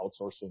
outsourcing